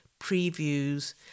previews